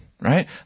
right